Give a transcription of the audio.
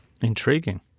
Intriguing